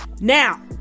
now